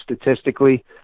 statistically